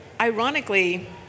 ironically